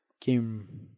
came